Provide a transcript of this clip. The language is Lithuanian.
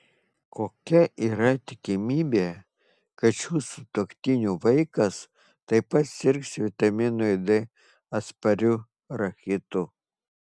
kokia yra tikimybė kad šių sutuoktinių vaikas taip pat sirgs vitaminui d atspariu rachitu